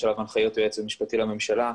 יש עליו הנחיות היועץ המשפטי לממשלה,